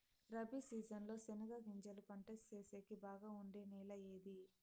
Rabi season లో చెనగగింజలు పంట సేసేకి బాగా ఉండే నెల ఏది?